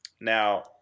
Now